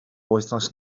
wythnos